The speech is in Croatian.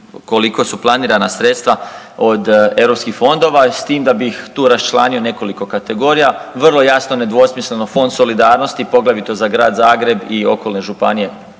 koliko su planirana sredstva od Europskih fondova s tim da bih tu rasčlanio nekoliko kategorija. Vrlo jasno, nedvosmisleno Fond solidarnosti, poglavito za Grad Zagreb i okolne županije